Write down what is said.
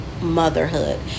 motherhood